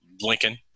Lincoln